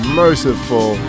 merciful